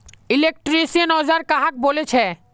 Electrician औजार कहाक बोले छे?